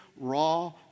raw